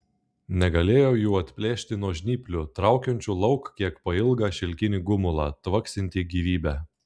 negalėjo jų atplėšti nuo žnyplių traukiančių lauk kiek pailgą šilkinį gumulą tvaksintį gyvybe